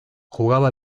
jugaba